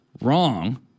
wrong